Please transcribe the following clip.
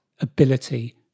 ability